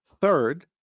Third